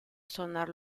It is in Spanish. sonar